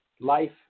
life